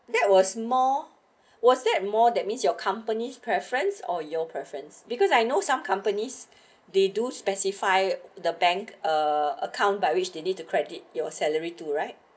that was more was that more that means your company's preference or your preference because I know some companies they do specify the bank uh account by which they need to credit your salary too right